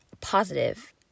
positive